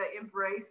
embrace